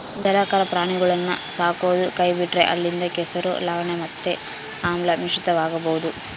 ಜಲಚರ ಪ್ರಾಣಿಗುಳ್ನ ಸಾಕದೊ ಕೈಬಿಟ್ರ ಅಲ್ಲಿಂದ ಕೆಸರು, ಲವಣ ಮತ್ತೆ ಆಮ್ಲ ಮಿಶ್ರಿತವಾಗಬೊದು